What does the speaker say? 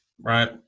right